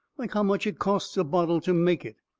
like how much it costs a bottle to make it,